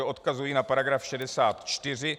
Odkazuji na § 64.